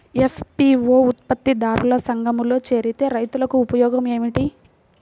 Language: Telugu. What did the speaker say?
ఎఫ్.పీ.ఓ ఉత్పత్తి దారుల సంఘములో చేరితే రైతులకు ఉపయోగము ఏమిటి?